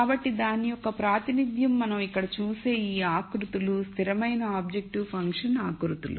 కాబట్టి దాని యొక్క ప్రాతినిధ్యం మనం ఇక్కడ చూసే ఈ ఆకృతులు స్థిరమైన ఆబ్జెక్టివ్ ఫంక్షన్ ఆకృతులు